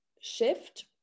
shift